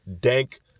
dank